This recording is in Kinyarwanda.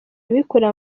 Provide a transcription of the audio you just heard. abikorera